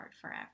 forever